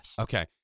Okay